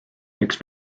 üks